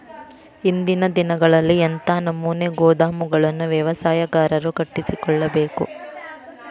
ಇಂದಿನ ದಿನಗಳಲ್ಲಿ ಎಂಥ ನಮೂನೆ ಗೋದಾಮುಗಳನ್ನು ವ್ಯವಸಾಯಗಾರರು ಕಟ್ಟಿಸಿಕೊಳ್ಳಬೇಕು?